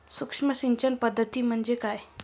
सूक्ष्म सिंचन पद्धती म्हणजे काय?